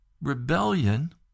rebellion